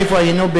איפה היינו?